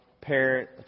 parent